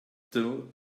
still